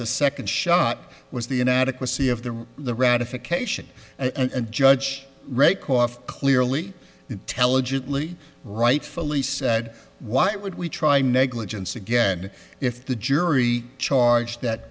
the second shot was the inadequacy of the the ratification and judge rake off clearly intelligently rightfully said why would we try and negligence again if the jury charge that